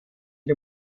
die